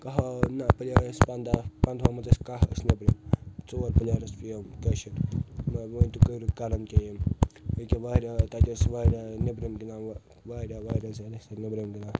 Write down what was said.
کاہو نَہ پٕلیر ٲسۍ پنٛداہ پنٛداہو منٛز ٲسۍ کاہ ٲسۍ نیٚبرِم ژور پٕلیر ٲسۍ ٲں یِم کٲشِرۍ کران کیٛاہ یِم اکہِ واریاہ تتہِ ٲسۍ واریاہ ٲں نیٚبرِم گنٚدان اورٕ واریاہ واریاہ زیادٕ ٲسۍ تتہِ نیٚبرِم گنٚدان